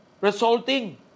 resulting